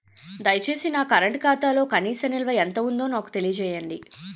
దయచేసి నా కరెంట్ ఖాతాలో కనీస నిల్వ ఎంత ఉందో నాకు తెలియజేయండి